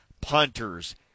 punters